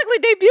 debuted